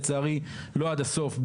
לצערי לא עד הסוף,